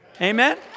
Amen